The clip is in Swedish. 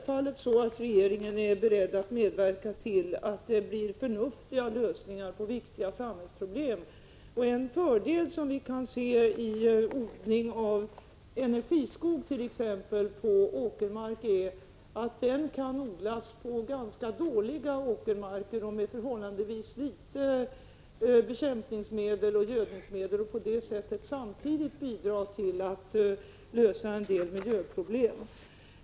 Fru talman! Regeringen är självfallet beredd att medverka till att det blir förnuftiga lösningar på viktiga samhällsproblem. En fördel med odling av energiskog på åkermark är att denna skog kan odlas på ganska dåliga åkermarker och med användning av förhållandevis litet bekämpningsoch gödningsmedel. På det sättet blir det ett bidrag till lösningen av en del miljöproblem.